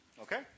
Okay